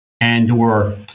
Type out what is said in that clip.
and/or